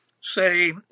say